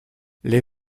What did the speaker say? les